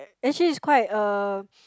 actually it's quite a